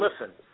listen